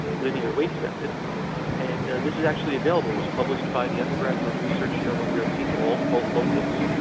linear weights method and this is actually available was published by the undergraduate research journal here at seton hall called locus.